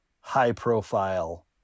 high-profile